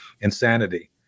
insanity